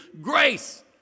grace